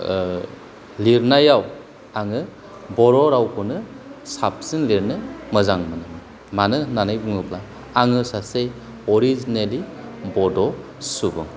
लिरनायाव आङो बर' रावखोनो साबसिन लिरनो मोजां मोनो मानो होननानै बुङोब्ला आङो सासे अरिजिनेलि बड' सुबुं